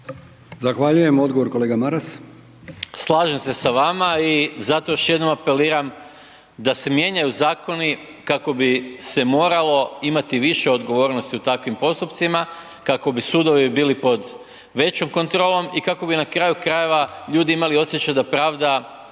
Zahvaljujem. Odgovor kolega Stazić,